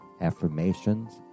affirmations